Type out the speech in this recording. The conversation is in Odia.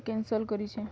କ୍ୟାନ୍ସଲ୍ କରିଛେଁ